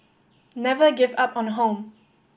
never give up on home